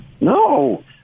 No